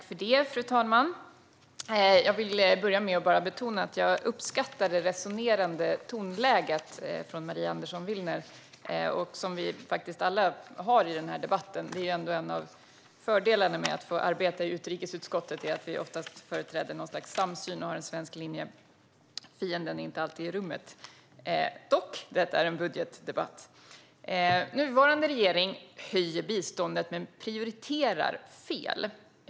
Fru talman! Jag vill börja med att betona att jag uppskattar det resonerande tonläge Maria Andersson Willner, och faktiskt vi alla, har i den här debatten. Det är ändå en av fördelarna med att få arbeta i utrikesutskottet, att vi oftast företräder något slags samsyn och har en svensk linje. Fienden är inte alltid i rummet. Dock är detta en budgetdebatt. Nuvarande regering höjer biståndet men prioriterar fel.